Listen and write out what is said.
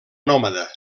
nòmada